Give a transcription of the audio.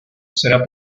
será